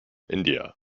india